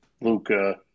Luca